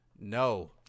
No